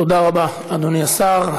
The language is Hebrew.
תודה רבה, אדוני השר.